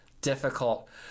difficult